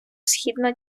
східна